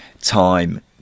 time